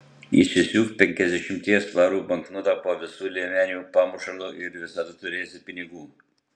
įsisiūk penkiasdešimties svarų banknotą po visų liemenių pamušalu ir visada turėsi pinigų